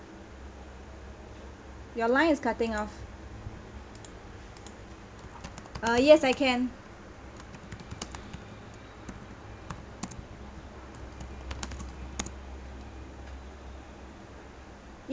your line is cutting off uh yes I can